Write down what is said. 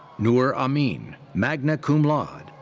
noor amin, magna cum laude.